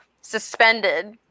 suspended